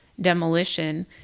demolition